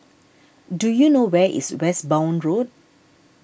do you know where is Westbourne Road